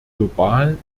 global